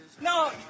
No